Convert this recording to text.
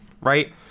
right